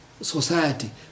society